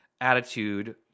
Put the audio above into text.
attitude